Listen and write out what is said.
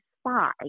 spy